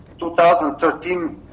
2013